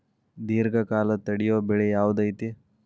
ದೇರ್ಘಕಾಲ ತಡಿಯೋ ಬೆಳೆ ಯಾವ್ದು ಐತಿ?